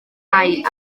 tai